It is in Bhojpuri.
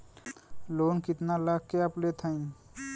लोन कितना खाल के आप लेत हईन?